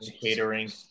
Catering